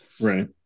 Right